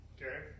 Okay